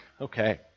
Okay